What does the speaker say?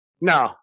No